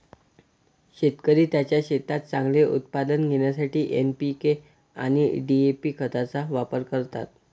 शेतकरी त्यांच्या शेतात चांगले उत्पादन घेण्यासाठी एन.पी.के आणि डी.ए.पी खतांचा वापर करतात